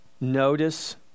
notice